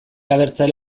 abertzale